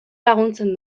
laguntzen